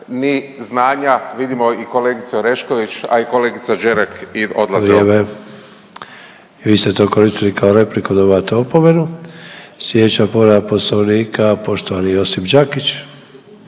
ni znanja. Vidimo i kolegicu Orešković, a i kolegica Đerek odlazi. **Sanader, Ante (HDZ)** Vrijeme! Vi ste to koristili kao repliku, dobivate opomenu. Sljedeća povreda Poslovnika poštovani Josip Đakić.